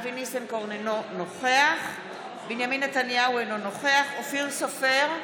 אינו נוכח בנימין נתניהו, אינו נוכח אופיר סופר,